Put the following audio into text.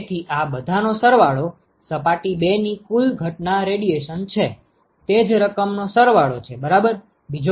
તેથી આ બધાંનો સરવાળો સપાટી 2 ની કુલ ઘટના રેડિએશન છે તે જ રકમનો સરવાળો છે બરાબર